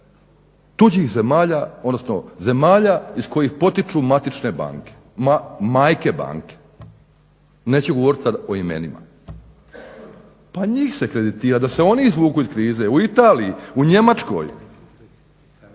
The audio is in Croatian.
tuđih zemalja, odnosno zemalja iz kojih potiču matične banke, majke banke, neću govorit sad o imenima, pa njih se kreditira, da se oni izvuku iz krize, u Italiji, u Njemačkoj.